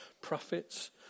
prophets